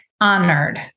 honored